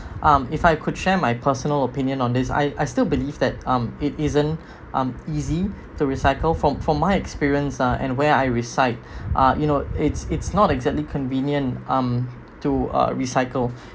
um if I could share my personal opinion on this I I still believe that um it isn't um easy to recycle from from my experience ah and where I reside ah you know it's it's not exactly convenient um to uh recycle